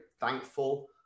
thankful